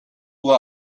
uhr